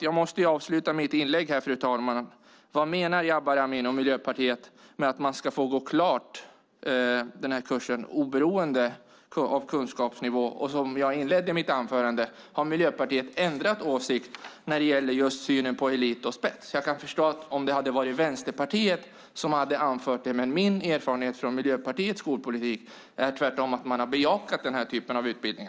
Jag måste avsluta mitt inlägg, fru talman, med att fråga Jabar Amin och Miljöpartiet vad de menar med att man ska få gå klart kursen oberoende av kunskapsnivå. Och som jag inledde mitt anförande med att fråga: Har Miljöpartiet ändrat åsikt i synen på elit och spets? Om det hade varit Vänsterpartiet som hade anfört detta skulle jag kunna förstå det, men min erfarenhet av Miljöpartiets skolpolitik är tvärtom att man har bejakat denna typ av utbildning.